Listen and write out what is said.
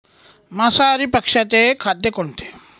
मांसाहारी पक्ष्याचे खाद्य कोणते?